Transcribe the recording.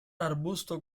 arbusto